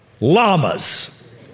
llamas